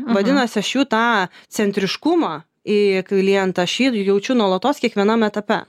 vadinasi aš jų tą centriškumą į klientą aš jį jaučiu nuolatos kiekvienam etape